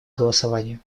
голосования